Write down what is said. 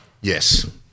yes